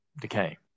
decay